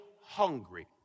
hungry